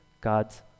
God's